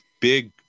big